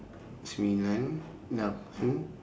sembilan lapan